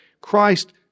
Christ